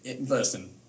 Listen